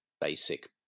basic